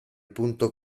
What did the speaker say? punto